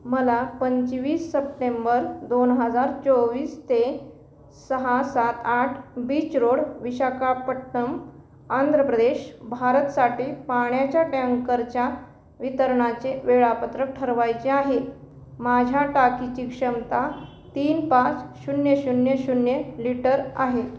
मला पंचवीस सप्टेंबर दोन हजार चोवीस ते सहा सात आठ बीच रोड विशाखापट्टणम आंध्र प्रदेश भारतसाठी पाण्याच्या टँकरच्या वितरणाचे वेळापत्रक ठरवायचे आहे माझ्या टाकीची क्षमता तीन पाच शून्य शून्य शून्य लिटर आहे